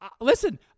Listen